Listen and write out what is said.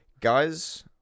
Guys